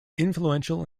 influential